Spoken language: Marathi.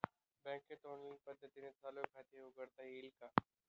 बँकेत ऑनलाईन पद्धतीने चालू खाते उघडता येईल का?